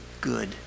good